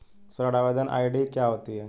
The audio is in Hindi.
ऋण आवेदन आई.डी क्या होती है?